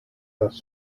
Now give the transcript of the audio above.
das